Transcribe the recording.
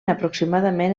aproximadament